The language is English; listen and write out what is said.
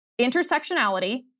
intersectionality